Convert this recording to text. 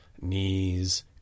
knees